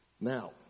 now